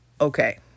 Okay